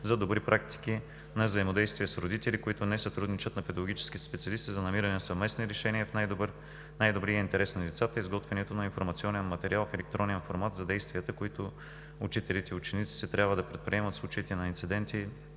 за добри практики на взаимодействие с родители, които не сътрудничат на педагогическите специалисти за намиране на съвместни решения в най-добрия интерес на децата, изготвянето на информационен материал в електронен формат за действията, които учителите и учениците трябва да предприемат в случаите на инциденти